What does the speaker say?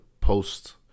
post